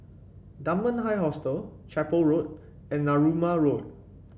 Dunman High Hostel Chapel Road and Narooma Road